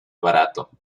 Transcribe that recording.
barato